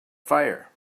fire